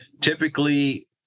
Typically